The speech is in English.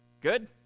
Good